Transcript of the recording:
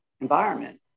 environment